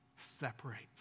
separates